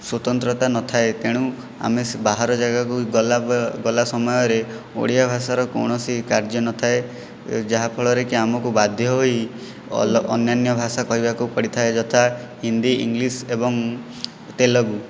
ସ୍ୱତନ୍ତ୍ରତା ନଥାଏ ତେଣୁ ଆମେ ସେ ବାହାର ଜାଗାକୁ ଗଲା ଗଲା ସମୟରେ ଓଡ଼ିଆ ଭାଷାର କୌଣସି କାର୍ଯ୍ୟ ନଥାଏ ଯାହାଫଳରେକି ଆମକୁ ବାଧ୍ୟ ହୋଇ ଅଲ ଅନ୍ୟାନ୍ୟ ଭାଷା କହିବାକୁ ପଡ଼ିଥାଏ ଯଥା ହିନ୍ଦୀ ଇଂଲିଶ୍ ଏବଂ ତେଲୁଗୁ